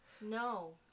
No